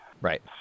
right